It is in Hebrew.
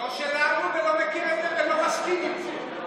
לא שלנו, ולא מכיר את זה ולא מסכים עם זה.